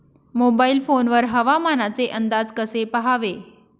Mobile phone वर हवामानाचे अंदाज कसे पहावे?